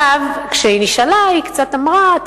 כשהיא נשאלה היא אמרה קצת,